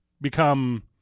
become